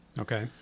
Okay